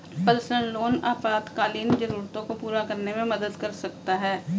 personal loan आपातकालीन जरूरतों को पूरा करने में मदद कर सकता है